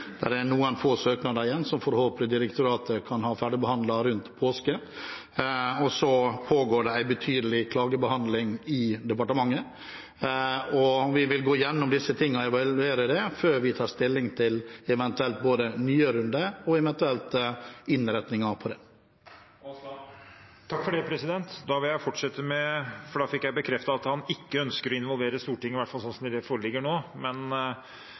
der, innenfor det regimet som tidligere er satt. Det er noen få søknader igjen som direktoratet forhåpentligvis kan ha ferdigbehandlet rundt påske. Så pågår det en betydelig klagebehandling i departementet. Vi vil gå gjennom dette og evaluere det før vi tar stilling til eventuelt nye runder og eventuelt innretningen på det. Da fikk jeg bekreftet at statsråden ikke ønsker å involvere Stortinget, i hvert fall slik det foreligger nå,